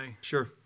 Sure